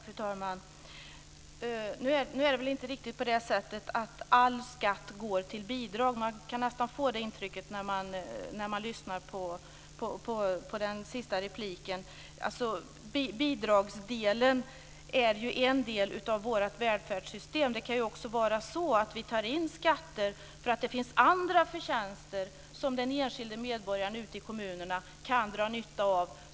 Fru talman! Nu är det väl inte riktigt på det sättet att all skatt går till bidrag. Man kan nästan få det intrycket när man lyssnar på den sista repliken. Bidragen är ju en del av vårt välfärdssystem. Det kan också vara så att vi tar in skatter för att det finns andra förtjänster för den enskilde medborgaren ute i kommunerna.